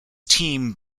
team